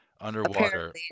underwater